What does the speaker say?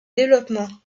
développement